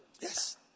Yes